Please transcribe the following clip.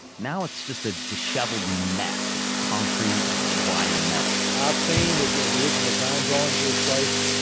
now it's just a disheveled mess of concrete and wire mesh i've seen the original design drawings of this place.